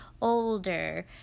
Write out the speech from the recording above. older